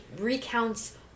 recounts